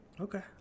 Okay